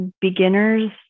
beginners